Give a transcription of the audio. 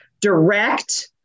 direct